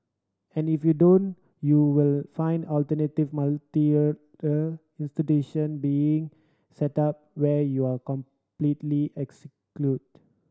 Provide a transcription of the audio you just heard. and if you don't you will find alternate institution being set up where you are completely excluded